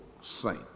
saint